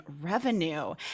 revenue